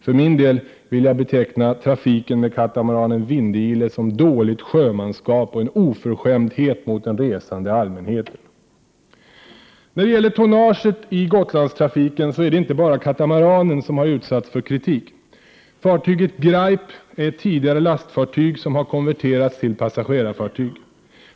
För min del vill jag beteckna trafiken med katamaranen Vindile som dåligt sjömanskap och en oförskämdhet mot den resande allmänheten. När det gäller tonnaget i Gotlandstrafiken är det inte bara katamaranen som utsatts för kritik. Fartyget Graip är ett tidigare lastfartyg som har konverterats till passagerarfartyg.